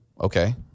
Okay